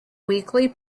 weekly